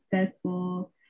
successful